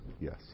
Yes